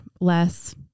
less